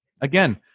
Again